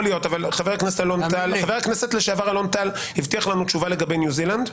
יכול להיות, חבר הכנסת אלון טל --- שאלה בלבד.